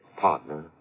partner